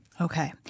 Okay